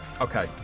Okay